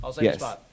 yes